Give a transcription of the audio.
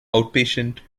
outpatient